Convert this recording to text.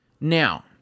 Now